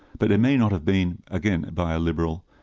but it may not have been again a by a liberal,